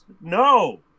no